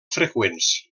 freqüents